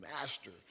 Master